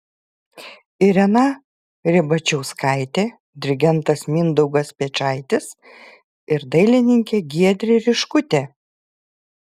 irena ribačiauskaitė dirigentas mindaugas piečaitis ir dailininkė giedrė riškutė